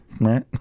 Right